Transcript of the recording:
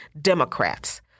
Democrats